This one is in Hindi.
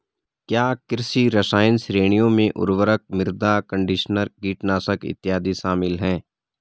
क्या कृषि रसायन श्रेणियों में उर्वरक, मृदा कंडीशनर, कीटनाशक इत्यादि शामिल हैं?